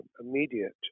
immediate